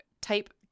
type